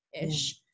ish